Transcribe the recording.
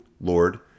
Lord